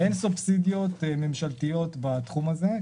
אין סובסידיות ממשלתיות בתחום הזה.